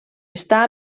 està